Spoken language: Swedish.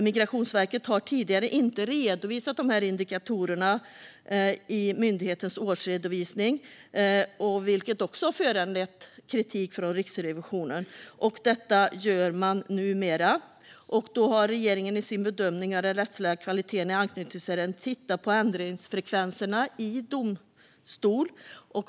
Migrationsverket har tidigare inte redovisat sådana indikatorer i myndighetens årsredovisning, vilket har föranlett kritik från Riksrevisionen. Numera gör man detta. Regeringen har i sin bedömning av den rättsliga kvaliteten i anknytningsärenden tittat på ändringsfrekvensen i domstol.